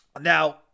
Now